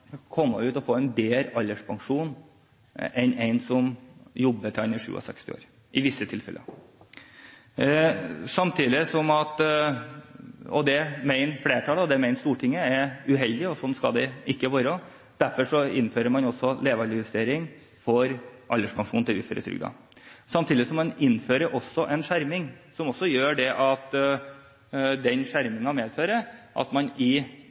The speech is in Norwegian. en bedre alderspensjon enn en som jobber til han er 67 år i visse tilfeller. Det mener flertallet og det mener Stortinget er uheldig, for sånn skal det ikke være. Derfor innfører man levealdersjustering også for alderspensjonen til uføretrygdede. Man innfører samtidig også en skjerming som gjør at det i visse tilfeller kan skje at